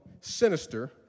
sinister